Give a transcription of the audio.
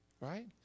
Right